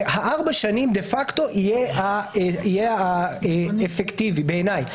שהארבע השנים דה פקטו יהיו האפקטיבי בעיניי.